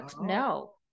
no